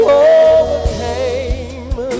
overcame